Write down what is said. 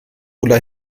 ulla